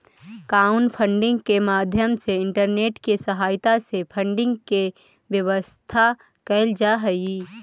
crowdfunding के माध्यम से इंटरनेट के सहायता से फंडिंग के व्यवस्था कैल जा हई